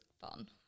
fun